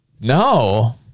No